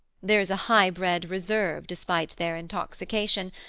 there is a high-bred reserve despite their intoxication,